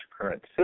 current